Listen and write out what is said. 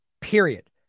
Period